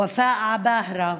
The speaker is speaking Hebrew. ופאא עבאהרה,